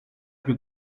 più